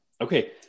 Okay